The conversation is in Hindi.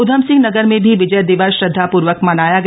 उधमसिंह नगर में भी विजय दिवस श्रद्धा र्वक मनाया गया